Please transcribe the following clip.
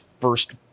first